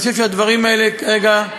ואני חושב שהדברים האלה כרגע,